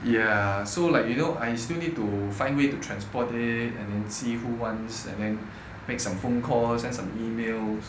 ya so like you know I still need to find way to transport it and then see who wants and then make some phone calls send some emails